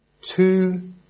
two